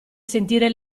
sentire